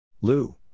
Lou